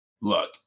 look